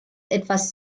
etwas